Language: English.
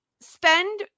spend